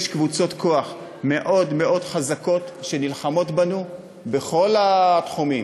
יש קבוצות כוח מאוד מאוד חזקות שנלחמות בנו בכל התחומים.